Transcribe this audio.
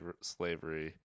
slavery